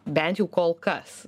bent jau kol kas